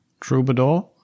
Troubadour